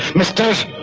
mister.